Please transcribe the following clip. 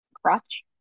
crotch